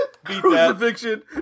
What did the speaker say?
Crucifixion